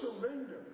surrender